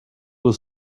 was